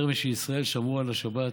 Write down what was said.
יותר משישראל שמרו על השבת,